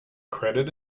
credit